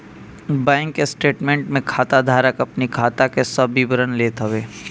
bank statement में खाता धारक अपनी खाता के सब विवरण लेत हवे